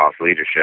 leadership